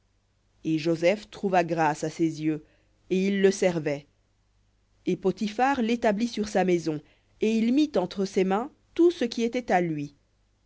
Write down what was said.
et joseph trouva grâce à ses yeux et il le servait et l'établit sur sa maison et il mit entre ses mains tout ce qui était à lui